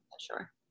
sure